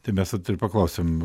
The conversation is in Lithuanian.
tai mes vat ir paklausim